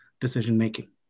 decision-making